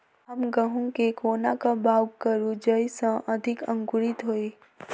हम गहूम केँ कोना कऽ बाउग करू जयस अधिक अंकुरित होइ?